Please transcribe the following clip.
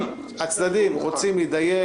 אם הצדדים רוצים להידיין,